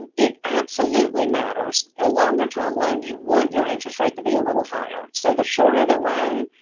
and it absolutely matters. a longer term loan, you want your interest rate to be a little higher. so the shorter the loan,